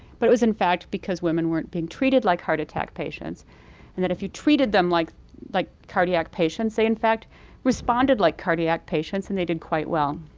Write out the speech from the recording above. but it was in fact because women weren't being treated like heart attack patients and that if you treated them like like cardiac patients, they in fact responded like cardiac patients and they did quite well.